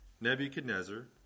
Nebuchadnezzar